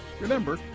Remember